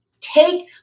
take